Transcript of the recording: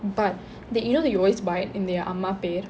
but th~ you know that you always buy in their amma பேரு:amma peru